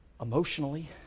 emotionally